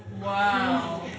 Wow